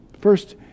First